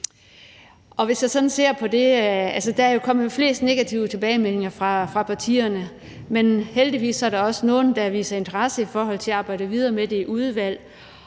Der er jo kommet flest negative tilbagemeldinger fra partierne, men heldigvis er der også nogle, der viser interesse for at arbejde videre med det i udvalget.